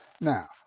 Now